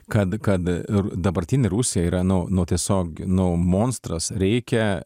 kad kad ir dabartinė rusija yra nu nu tiesiog nu monstras reikia